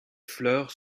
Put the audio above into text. fleurs